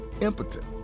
impotent